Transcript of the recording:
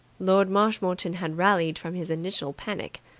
lord marshmoreton had rallied from his initial panic.